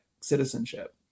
citizenship